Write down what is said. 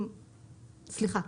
סליחה,